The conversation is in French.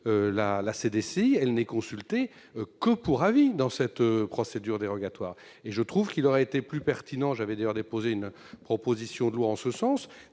la CDCI n'est consultée que pour avis dans cette procédure dérogatoire. Sans doute aurait-il été plus pertinent- j'avais d'ailleurs déposé une proposition de loi en ce sens